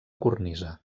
cornisa